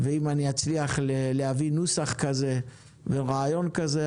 ואם אני אצליח להביא נוסח כזה ורעיון כזה,